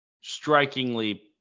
strikingly